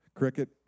cricket